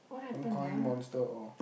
don't call him monster hor